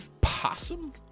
possum